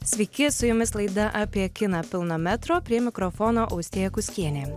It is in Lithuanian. sveiki su jumis laida apie kiną pilno metro prie mikrofono austėja kuskienė